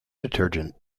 detergent